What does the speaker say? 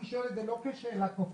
אני שואל את זה לא כשאלה כופרת.